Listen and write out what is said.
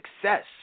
success